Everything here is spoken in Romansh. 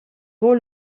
buca